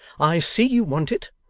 i see you want it.